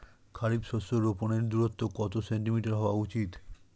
খারিফ শস্য রোপনের দূরত্ব কত সেন্টিমিটার হওয়া উচিৎ?